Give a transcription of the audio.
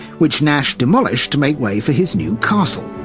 which nash demolished to make way for his new castle,